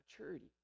Maturity